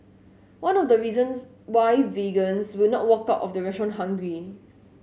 one of the reasons why vegans will not walk out of the restaurant hungry